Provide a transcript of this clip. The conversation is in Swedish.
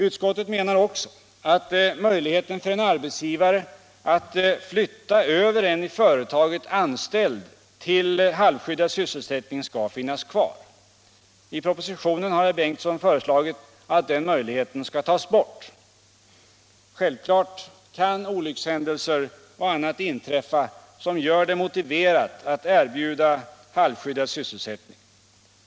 Utskottet menar också att möjligheten för en arbetsgivare att flytta över en i företaget anställd till halvskyddad sysselsättning skall finnas kvar. I propositionen föreslås att denna möjlighet skall tas bort. Självklart kan olyckshändelser och annat inträffa som gör det motiverat att erbjuda halvskyddad sysselsättning.